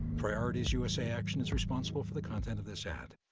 priorities usa action is responsible for the content of this ad.